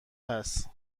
هست